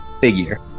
figure